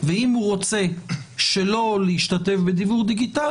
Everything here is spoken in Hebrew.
ואם הוא רוצה שלא להשתתף בדיוור דיגיטלי,